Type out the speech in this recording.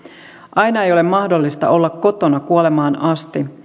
aina ei ole mahdollista olla kotona kuolemaan asti